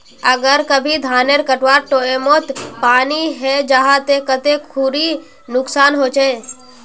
अगर कभी धानेर कटवार टैमोत पानी है जहा ते कते खुरी नुकसान होचए?